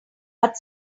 but